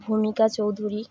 ভূমিকা চৌধুরী